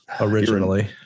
Originally